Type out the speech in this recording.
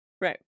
right